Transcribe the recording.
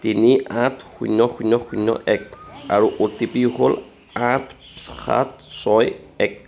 তিনি আঠ শূন্য শূন্য শূন্য এক আৰু অ' টি পি হ'ল আঠ সাত ছয় এক